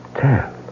Ten